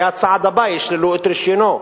זה הצעד הבא, ישללו את רשיונו.